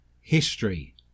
history